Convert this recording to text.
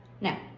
Now